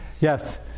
yes